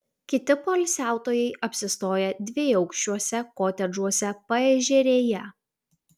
kiti poilsiautojai apsistoję dviaukščiuose kotedžuose paežerėje